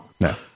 No